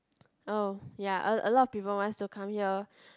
oh ya a a lot of people wants to come here